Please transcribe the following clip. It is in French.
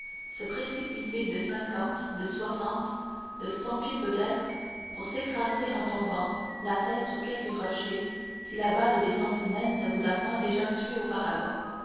se précipiter de cinquante de soixante de cent pieds peut-être pour s'écraser en tombant la tête sur quelque rocher si la balle des sentinelles ne vous a point déjà tué auparavant